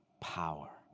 power